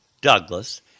Douglas